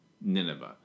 Nineveh